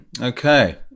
Okay